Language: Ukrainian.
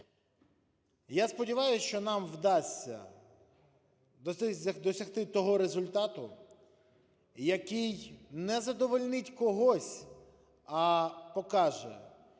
Я сподіваюсь, що нам вдасться досягти того результату, який не задовольнить когось, а покаже,